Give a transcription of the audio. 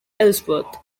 ellsworth